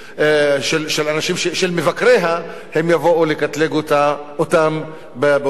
של מבקריה, הם יבואו לקטלג אותם באותו קטלוג.